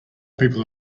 people